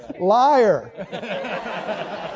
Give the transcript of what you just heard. liar